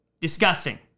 Disgusting